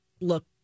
look